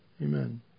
amen